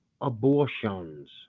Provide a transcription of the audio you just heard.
abortions